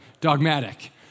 Dogmatic